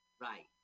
Right